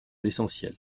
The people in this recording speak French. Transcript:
l’essentiel